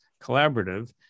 Collaborative